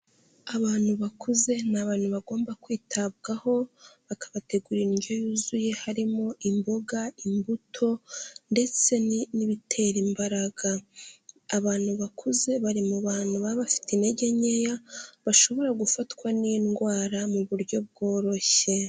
Abantu bakuze ni abantu bagomba kwitabwaho bakabategura indyo yuzuye harimo imboga, imbuto ndetse n'ibitera imbaraga. Abantu bakuze bari mu bantu baba bafite intege nkeya bashobora gufatwa n'indwara mu buryo bworoshye.